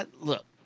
look